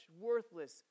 worthless